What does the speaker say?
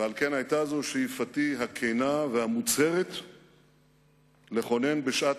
ועל כן היתה זאת שאיפתי הכנה והמוצהרת לכונן בשעת